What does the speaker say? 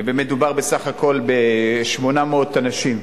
מדובר בסך הכול ב-800 אנשים,